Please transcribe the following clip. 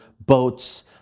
boats